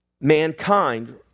mankind